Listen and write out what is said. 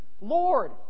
Lord